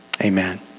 amen